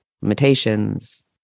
limitations